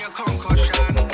concussion